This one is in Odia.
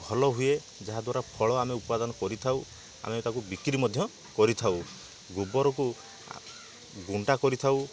ଭଲ ହୁଏ ଯାହାଦ୍ବାରା ଫଳ ଆମେ ଉତ୍ପାଦନ କରିଥାଉ ଆମେ ତାକୁ ବିକ୍ରି ମଧ୍ୟ କରିଥାଉ ଗୋବରକୁ ଗୁଣ୍ଡା କରିଥାଉ